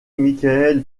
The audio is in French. michael